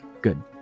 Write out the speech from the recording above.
Good